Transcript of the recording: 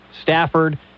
Stafford